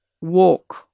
walk